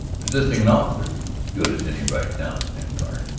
resisting an officer is as good as any right now, snapped cutter.